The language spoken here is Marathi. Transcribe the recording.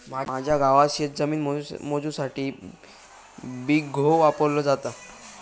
माझ्या गावात शेतजमीन मोजुसाठी बिघो वापरलो जाता